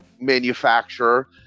manufacturer